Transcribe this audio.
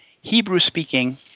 Hebrew-speaking